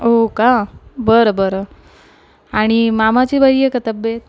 हो का बरं बरं आणि मामाची बरी आहे का तब्येत